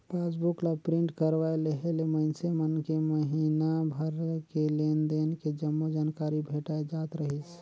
passbook ला print करवाये लेहे ले मइनसे मन के महिना भर के लेन देन के जम्मो जानकारी भेटाय जात रहीस